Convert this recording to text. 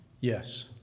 Yes